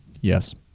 Yes